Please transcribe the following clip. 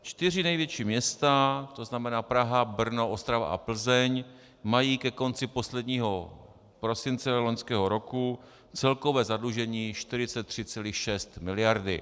Čtyři největší města, tzn. Praha, Brno, Ostrava a Plzeň, mají ke konci posledního prosince loňského roku celkové zadlužení 43,6 mld.